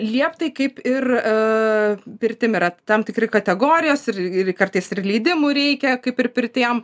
lieptai kaip ir pirtim yra tam tikri kategorijos ir kartais ir leidimų reikia kaip ir pirtiem